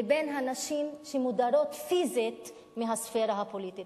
לבין הנשים שמודרות פיזית מהספירה הפוליטית,